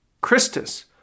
Christus